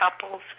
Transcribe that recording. couples